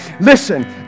Listen